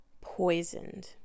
poisoned